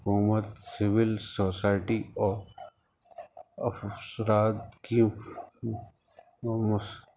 حکومت civil society اور کی